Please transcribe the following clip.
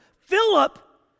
Philip